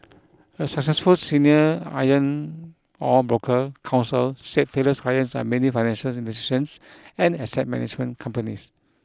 a successful senior iron ore broker counsel said Taylor's clients are mainly financial institutions and asset management companies